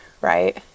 right